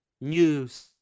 news